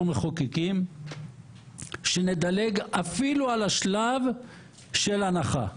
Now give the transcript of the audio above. מחוקקים שנדלג אפילו על השלב של ההנחה.